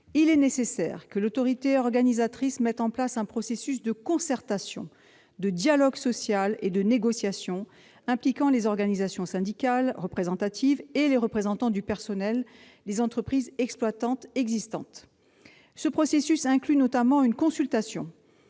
il est nécessaire que l'autorité organisatrice mette en place un processus de concertation, de dialogue social et de négociation impliquant les organisations syndicales représentatives et les représentants du personnel des entreprises exploitantes existantes. Ce processus inclut notamment une consultation